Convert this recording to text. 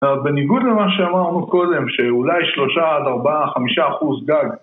בניגוד למה שאמרנו קודם, שאולי שלושה עד ארבעה, חמישה אחוז גג